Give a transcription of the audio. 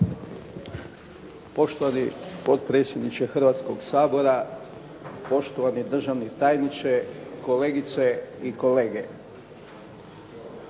Poštovani potpredsjedniče Hrvatskog sabora, poštovani državni tajniče, kolegice i kolege.